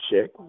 Check